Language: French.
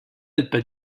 n’êtes